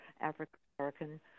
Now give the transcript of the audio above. African-American